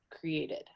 created